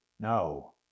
No